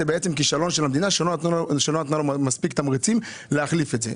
זה בעצם כישלון של המדינה שלא נתנה לו מספיק תמריצים להחליף את זה.